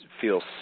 feels